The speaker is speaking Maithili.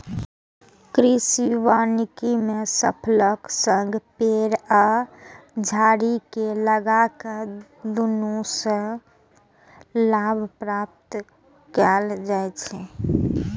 कृषि वानिकी मे फसलक संग पेड़ आ झाड़ी कें लगाके दुनू सं लाभ प्राप्त कैल जाइ छै